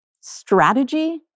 strategy